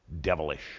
devilish